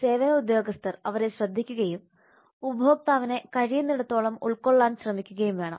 സേവന ഉദ്യോഗസ്ഥർ അവരെ ശ്രദ്ധിക്കുകയും ഉപഭോക്താവിനെ കഴിയുന്നിടത്തോളം ഉൾക്കൊള്ളാൻ ശ്രമിക്കുകയും വേണം